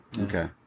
Okay